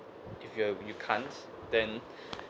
if you are you can't then